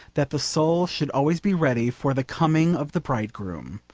that the soul should always be ready for the coming of the bridegroom,